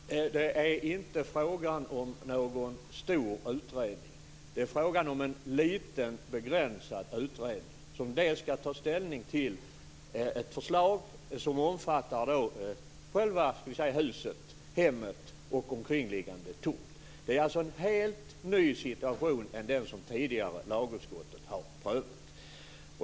Fru talman! Det är inte fråga om någon stor utredning. Det gäller en liten, begränsad utredning, som skall ta ställning till ett förslag avseende byggnaderna och omkringliggande tomt. Det är alltså en helt annan situation än den som lagutskottet tidigare har prövat.